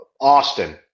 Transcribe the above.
Austin